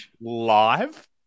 live